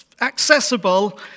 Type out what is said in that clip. accessible